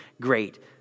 great